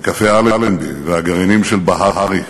וקפה "אלנבי" והגרעינים של בהרי.